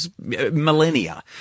millennia